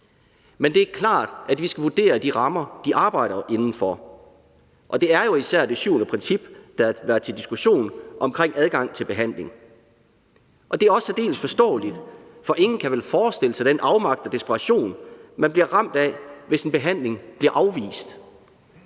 Men det er klart, at vi skal vurdere de rammer, de arbejder inden for. Og det er jo især det syvende princip omkring adgang til behandling, der har været til diskussion. Og det er til dels også forståeligt, for ingen kan vel forestille sig den afmagt og desperation, man bliver ramt af, hvis en behandling bliver afvist.